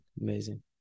Amazing